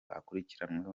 akurikiranwe